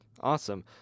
awesome